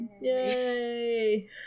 Yay